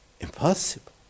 impossible